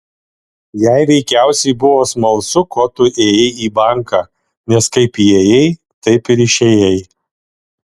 jai veikiausiai buvo smalsu ko tu ėjai į banką nes kaip įėjai taip ir išėjai